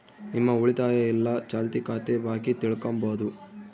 ನಿಮ್ಮ ಉಳಿತಾಯ ಇಲ್ಲ ಚಾಲ್ತಿ ಖಾತೆ ಬಾಕಿ ತಿಳ್ಕಂಬದು